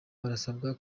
barasabwa